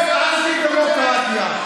זה אנטי-דמוקרטיה.